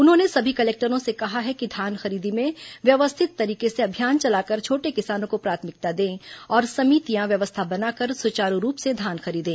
उन्होंने सभी कलेक्टरों से कहा है कि धान खरीदी में व्यवस्थित तरीके से अभियान चलाकर छोटे किसानों को प्राथमिकता दें और समितियां व्यवस्था बनाकर सुचारु रूप से धान खरीदें